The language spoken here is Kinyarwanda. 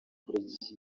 kureka